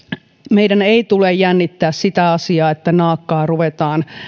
meidän ei tule jännittää sitä asiaa että naakkaa ruvetaan